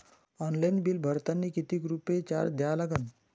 Online bill भरतानी कितीक रुपये चार्ज द्या लागन?